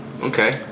Okay